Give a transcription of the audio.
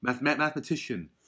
mathematician